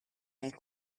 nel